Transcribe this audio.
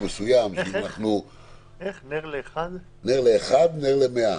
"נר לאחד נר למאה",